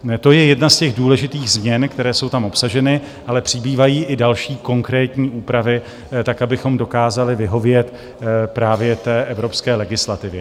To je jedna z těch důležitých změn, které jsou tam obsaženy, ale přibývají i další konkrétní úpravy, abychom dokázali vyhovět právě té evropské legislativě.